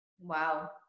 Wow